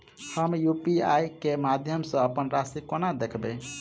हम यु.पी.आई केँ माध्यम सँ अप्पन राशि कोना देखबै?